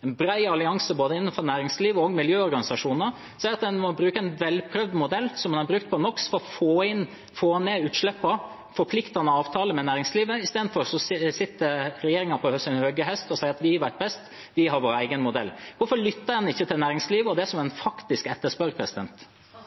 En bred allianse innenfor både næringsliv og miljøorganisasjoner sier at en må bruke en velprøvd modell som en har brukt for NOx, for å få ned utslippene og få forpliktende avtaler med næringslivet. I stedet sitter regjeringen på sin høye hest og sier at vi vet best, vi har vår egen modell. Hvorfor lytter en ikke til næringslivet og det de faktisk etterspør?